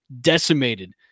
decimated